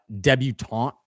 debutante